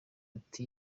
ati